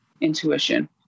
intuition